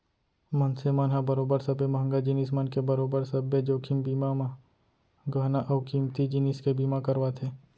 मनसे मन ह बरोबर सबे महंगा जिनिस मन के बरोबर सब्बे जोखिम बीमा म गहना अउ कीमती जिनिस के बीमा करवाथे